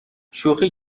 شوخی